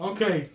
Okay